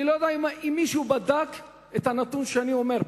אני לא יודע אם מישהו בדק את הנתון שאני אומר פה,